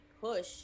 push